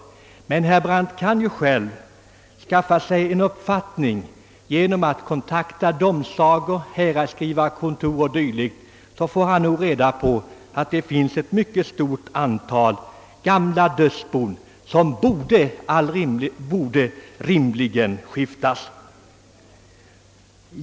Om herr Brandt själv vill skaffa sig en uppfattning om saken genom att kontakta domsagor, häradsskrivarkontor 0. d., får han nog reda på att det finns ett mycket stort antal gamla dödsbon, som rimligen borde skiftas.